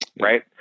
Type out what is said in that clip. Right